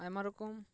ᱟᱭᱢᱟ ᱨᱚᱠᱚᱢ